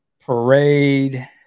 parade